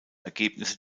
ergebnisse